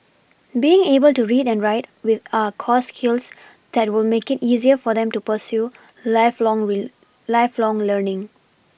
being able to read and write with are core skills that will make it easier for them to pursue lifelong lifelong learning